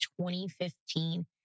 2015